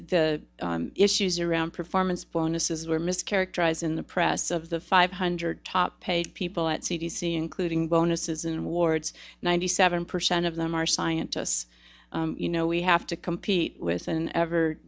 the issues around performance bonuses were mischaracterized in the press of the five hundred top paid people at c d c including bonuses and wards ninety seven percent of them are scientists you know we have to compete with an ever